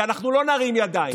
כי אנחנו לא נרים ידיים,